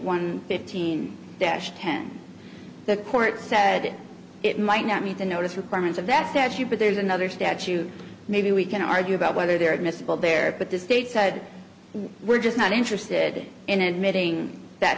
one fifteen dash ten the court said it might not meet the notice requirements of that statute but there's another statute maybe we can argue about whether there admissible there but the state said we're just not interested in admitting that